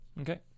Okay